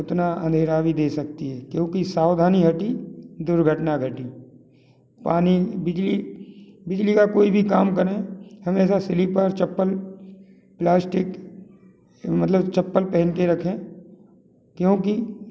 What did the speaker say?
उतना अंधेरा भी दे सकती है क्योंकि सावधानी हटी दुर्घटना घटी यानि बिजली बिजली का कोई भी काम करें हमेशा स्लीपर चप्पल प्लास्टिक मतलब चप्पल पहनकर रखें क्योंकि